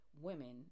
women